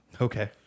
Okay